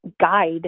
guide